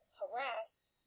harassed